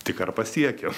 tik ar pasiekiam